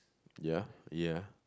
ya ya